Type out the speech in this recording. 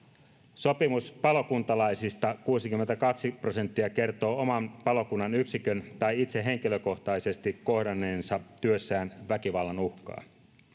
sopimuspalokuntalaisista kuusikymmentäkaksi prosenttia kertoo oman palokunnan yksikön kohdanneen tai itse henkilökohtaisesti kohdanneensa työssään väkivallan uhkaa